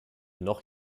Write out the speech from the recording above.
noch